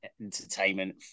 entertainment